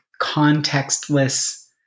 contextless